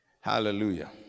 Hallelujah